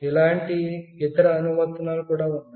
ఇలాంటి ఇతర అనువర్తనాలు కూడా ఉన్నాయి